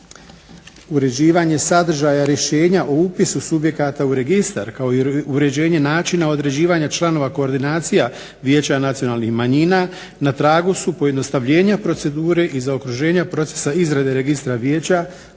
Uređivanje sadržaja rješenja o upisu subjekata u registar, kao i uređenje načina određivanja članova koordinacija vijeća nacionalnih manjina na tragu su pojednostavljenja procedure i zaokruženja procesa izrade Registra vijeća,